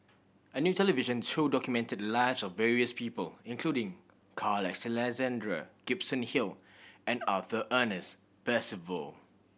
a new television show documented the lives of various people including Carl Alexander Gibson Hill and Arthur Ernest Percival